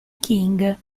king